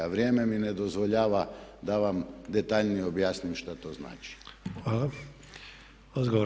Vrijeme mi ne dozvoljava da vam detaljnije objasnim što to znači.